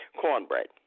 cornbread